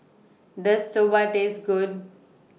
Does Soba Taste Good